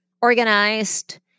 organized